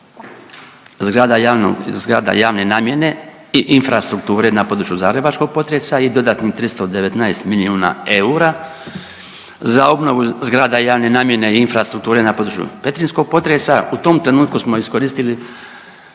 zgrada javne namjene i infrastrukture na području zagrebačkog potresa i dodatnih 319 milijuna eura za obnovu zgrada javne namjene i infrastrukture na području petrinjskog potresa u tom trenutku smo iskoristili